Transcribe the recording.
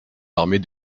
l’armée